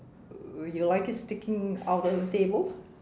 you like it sticking out of the table